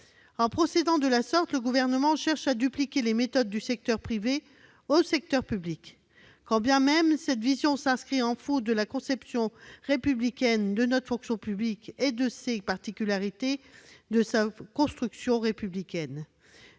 En procédant de la sorte, le Gouvernement cherche à dupliquer les méthodes du secteur privé dans le secteur public, bien que cette vision aille à l'encontre de la conception républicaine de notre fonction publique et des particularités de sa construction républicaine.